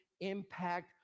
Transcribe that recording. impact